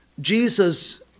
Jesus